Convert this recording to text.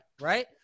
right